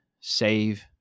save